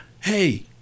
hey